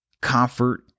comfort